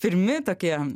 pirmi tokie